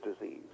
disease